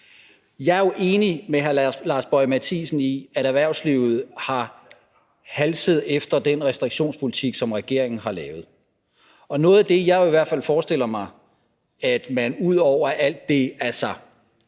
Jeg er jo enig med hr. Lars Boje Mathiesen i, at erhvervslivet har halset efter den restriktionspolitik, som regeringen har lavet. Og noget af det, som jeg i hvert fald forestiller mig – ud over alt det hands